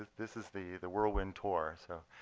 this is the the whirlwind tour. so